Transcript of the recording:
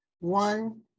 one